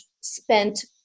spent